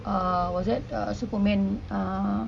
uh what was that uh superman uh